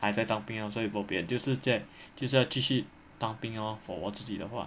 还在当兵 ah 所以 bo pian 就是在就是要继续当兵 lor for 我自己的话